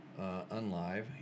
unlive